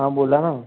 हां बोला ना